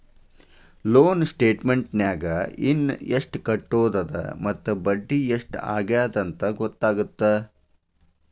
loan ಸ್ಟೇಟಮೆಂಟ್ನ್ಯಾಗ ಇನ ಎಷ್ಟ್ ಕಟ್ಟೋದದ ಮತ್ತ ಬಡ್ಡಿ ಎಷ್ಟ್ ಆಗ್ಯದಂತ ಗೊತ್ತಾಗತ್ತ